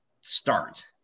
start